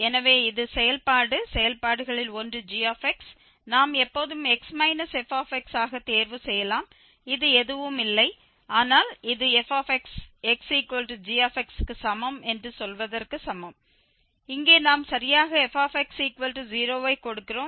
எனவே இது செயல்பாடு செயல்பாடுகளில் ஒன்று g நாம் எப்போதும் x f ஆக தேர்வு செய்யலாம் இது எதுவும் இல்லை ஆனால் இது f xg க்கு சமம் என்று சொல்வதற்கு சமம் இங்கே நாம் சரியாக fx0 வை கொடுக்கிறோம்